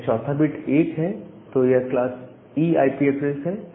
अगर चौथा बिट 1 है तो यह क्लास E आईपी एड्रेस है